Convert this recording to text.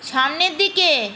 সামনের দিকে